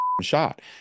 shot